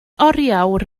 oriawr